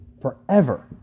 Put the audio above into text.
forever